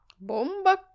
Bomba